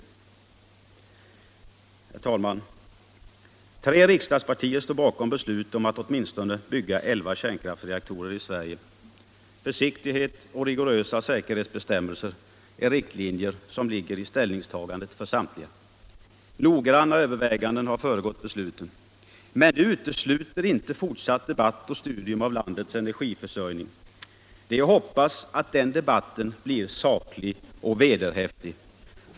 Herr talman! Tre riksdagspartier står bakom :beslut om att åtminstone bygga elva kärnkraftsreaktorer i Sverige. Försiktighet och rigorösa säkerhetsbestämmelser är riktlinjer som ligger i ställningstagandet för samtliga. Noggranna överväganden har föregått besluten. Men det utesluter inte fortsatt debatt och studium av landets energiförsörjning. Det är att hoppas att den debatten blir saklig och vederhäftig.